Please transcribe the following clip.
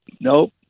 nope